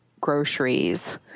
groceries